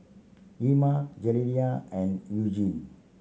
Ima Jaliyah and Eugene